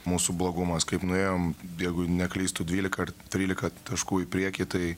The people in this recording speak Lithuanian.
mūsų blogumas kaip nuėjom jeigu neklystu dvylika ar trylika taškų į priekį tai